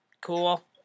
Cool